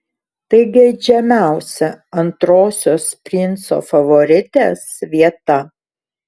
tai geidžiamiausia antrosios princo favoritės vieta